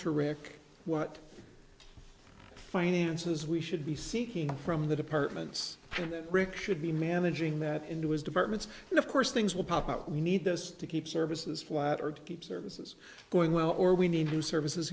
to rick what finances we should be seeking from the departments and then rick should be managing that into his departments and of course things will pop out we need this to keep services flattered keep services going well or we need new services